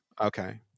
Okay